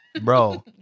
Bro